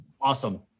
Awesome